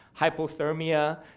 hypothermia